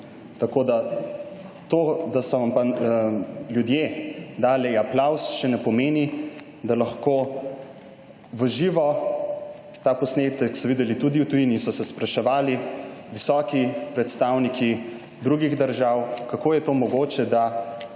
Tako da to, da so vam pa ljudje dali aplavz še ne pomeni, da lahko v živo, ta posnetek so videli tudi v tujini, so se spraševali visoki predstavniki drugih držav, kako je to mogoče, da